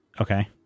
Okay